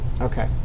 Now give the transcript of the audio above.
Okay